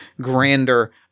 grander